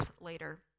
later